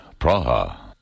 Praha